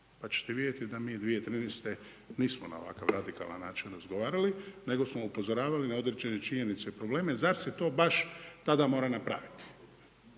pa ćete vidjeti da mi 2013. nismo na ovakav radikalan način razgovarali, nego smo upozoravali na određene činjenice i probleme zar se to baš tada mora napraviti.